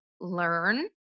learn